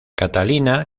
catalina